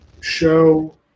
show